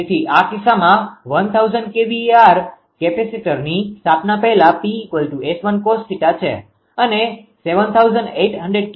તેથી આ કિસ્સામાં 1000 kVAr કેપેસિટરની સ્થાપના પહેલાં P𝑆1 cos𝜃 છે અને 7800𝑘𝑉𝐴× 0